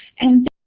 and